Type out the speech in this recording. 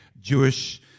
Jewish